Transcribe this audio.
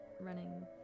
running